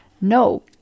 No